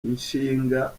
inshinga